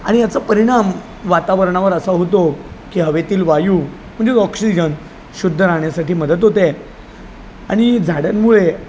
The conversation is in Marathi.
आणि याचा परिणाम वातावरणावर असा होतो की हवेतील वायु म्हणजे ऑक्सिजन शुद्ध राहण्यासाठी मदत होते आणि झाडांमुळे